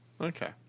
Okay